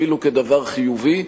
ואפילו כדבר חיובי,